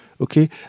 Okay